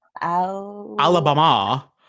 Alabama